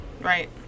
Right